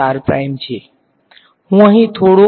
So I will have a I am subtracting these two equations right